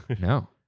No